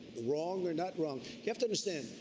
wrong or not wrong. you have to understand,